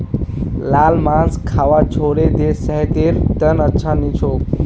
लाल मांस खाबा छोड़े दे सेहतेर त न अच्छा नी छोक